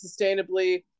sustainably